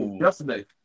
yesterday